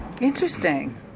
Interesting